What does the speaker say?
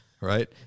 right